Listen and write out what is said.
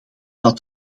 dat